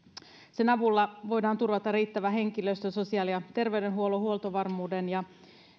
sen avulla voidaan turvata riittävä henkilöstö sosiaali ja terveydenhuollon huoltovarmuuden ja